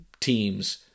teams